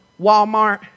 Walmart